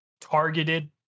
targeted